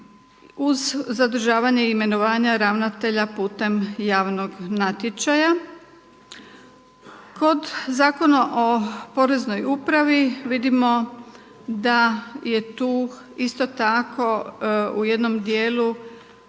uz zadržavanje imenovanja ravnatelja putem javnog natječaja. Kod Zakona o poreznoj upravi vidimo da je tu isto tako u jednom dijelu